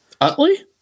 Utley